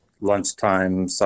lunchtime